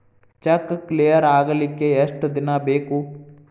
Check clear ಆಗಲಿಕ್ಕೆ ಎಷ್ಟ ದಿನ ಬೇಕು?